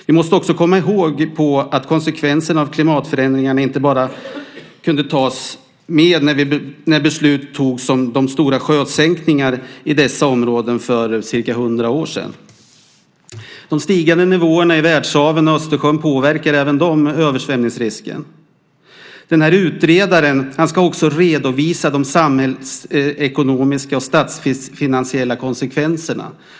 Vi måste också komma ihåg att konsekvenserna av klimatförändringarna inte kunde tas med när beslut togs om de stora sjösänkningarna i dessa områden för cirka hundra år sedan. De stigande nivåerna i världshaven och Östersjön påverkar även de översvämningsrisken. Utredaren ska också redovisa de samhällsekonomiska och statsfinansiella konsekvenserna.